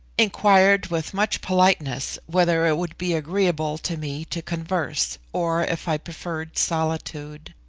inquired with much politeness, whether it would be agreeable to me to converse, or if i preferred solitude.